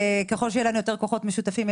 ככל שיהיו לנו כוחות משותפים רבים יותר,